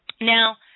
now